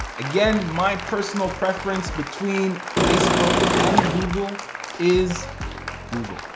again, my personal preference between facebook and google is google.